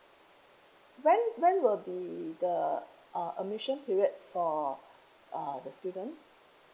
when when will be the uh admission period for uh the students